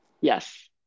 Yes